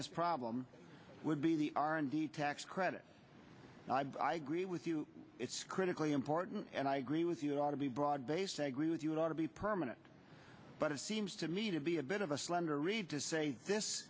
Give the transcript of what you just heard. this problem would be the r and d tax credit and i agree with you it's critically important and i agree with you ought to be broad based angry with you it ought to be permanent but it seems to me to be a bit of a slender reed to say this